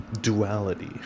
duality